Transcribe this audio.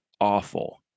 awful